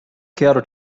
quero